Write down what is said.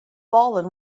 fallen